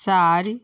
चारि